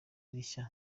rishya